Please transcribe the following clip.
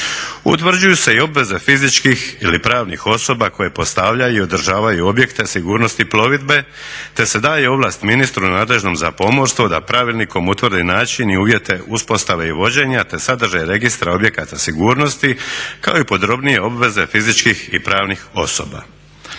Utvrđuju se i obveze fizičkih ili pravnih osoba koje postavljaju i održavaju objekte sigurnosti plovidbe te se daje ovlast ministru nadležnom za pomorstvo da pravilnikom utvrdi način i uvjete uspostave i vođenja te sadržaj registra objekata sigurnosti, kao i podrobnije obveze fizičkih i pravnih osoba.